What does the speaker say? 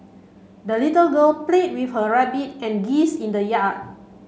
the little girl played with her rabbit and geese in the yard